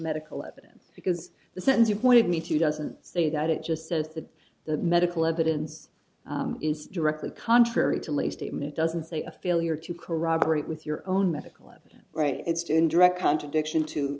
medical evidence because the sentence you pointed me to doesn't say that it just says that the medical evidence is directly contrary to lay statement doesn't say a failure to corroborate with your own medical evidence right it's to in direct contradiction to